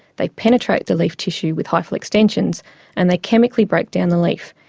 they penetrate the leaf tissue with hyphal extensions and they chemically break down the leaf,